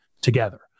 together